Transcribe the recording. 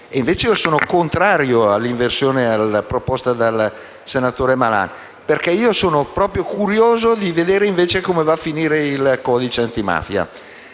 Io sono contrario all'inversione proposta dal senatore Malan, perché sono curioso di vedere come va a finire il codice antimafia.